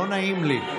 לא נעים לי.